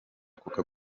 coca